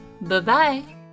Bye-bye